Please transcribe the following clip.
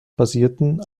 basierten